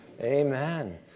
Amen